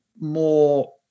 more